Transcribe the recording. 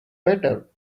better